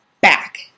back